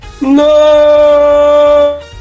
No